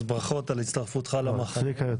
אז ברכות על הצטרפותך למחנה.